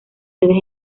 sedes